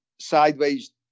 sideways